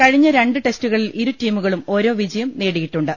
കഴിഞ്ഞ രണ്ട് ടെസ്റ്റുകളിൽ ഇരു ടീമുകളും ഓരോ വിജയം നേടിയിട്ടു ണ്ട്